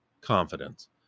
confidence